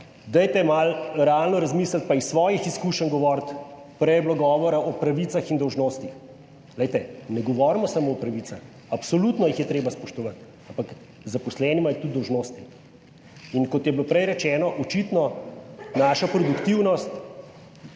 malo realno razmisliti, pa iz svojih izkušenj govoriti. Prej je bilo govora o pravicah in dolžnostih. Glejte, ne govorimo samo o pravicah, absolutno jih je treba spoštovati, ampak zaposleni imajo tudi dolžnosti. In kot je bilo prej rečeno, očitno naša produktivnost